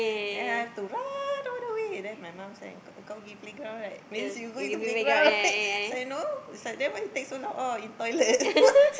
then I have to run all the way then my mum say kau kau pergi playground right means you going to playground right so I know it's like then why you take so long oh in toilet